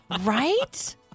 Right